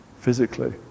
physically